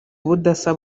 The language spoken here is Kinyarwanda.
ubudasa